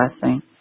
blessing